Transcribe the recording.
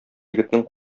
егетнең